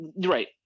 Right